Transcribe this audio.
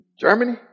Germany